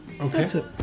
Okay